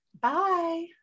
Bye